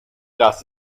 das